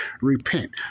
Repent